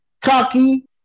cocky